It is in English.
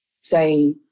say